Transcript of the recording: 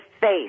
face